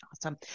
Awesome